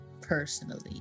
personally